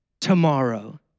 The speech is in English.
tomorrow